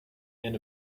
and